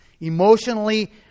Emotionally